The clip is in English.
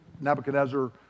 Nebuchadnezzar